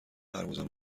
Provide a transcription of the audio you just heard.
برگزار